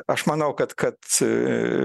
aš manau kad kad